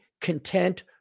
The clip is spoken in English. content